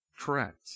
correct